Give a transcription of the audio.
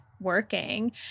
working